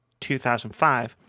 2005